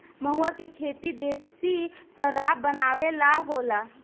महुवा के खेती देशी शराब बनावे ला होला